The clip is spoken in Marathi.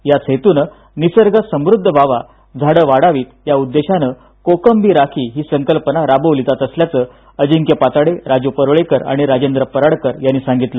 याच हेतूने निसर्ग समृद्ध व्हावा झाड वाढवीत या उद्देशान कोकम बी राखी ही संकल्पना राबवली जात असल्याच अजिंक्य पाताडे राजू परुळेकर आणि राजेंद्र पराडकर यांनी सांगितलं